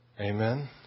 Amen